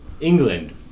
England